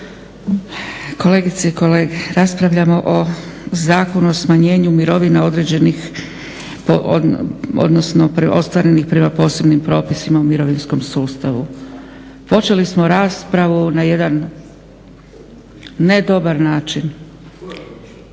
Kolegice i kolege raspravljamo o Zakonu o smanjenju mirovina određenih, odnosno ostvarenih prema posebnim propisima u mirovinskom sustavu. Počeli smo raspravu na jedan ne dobar način.